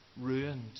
ruined